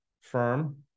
firm